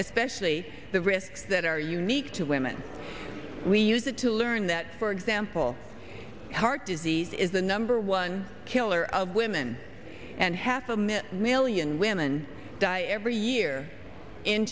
especially the risks that are unique to women we use it to learn that for example heart disease is the number one killer of women and half a minute million women die every year in